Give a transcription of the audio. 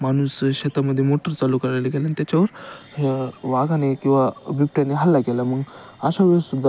माणूस शेतामध्ये मोटर चालू करायला गेला आणि त्याच्यावर वाघाने किंवा बिबट्याने हल्ला केला मग अशा वेळेस सुद्धा